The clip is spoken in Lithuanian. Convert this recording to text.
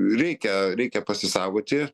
reikia reikia pasisaugoti